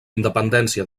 independència